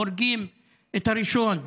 הורגים את הראשון,